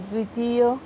द्वितीयः